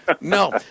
No